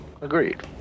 Agreed